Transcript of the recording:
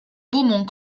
beaumont